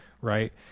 right